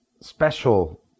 special